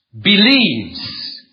believes